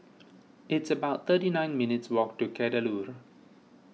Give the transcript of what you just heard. it's about thirty nine minutes' walk to Kadaloor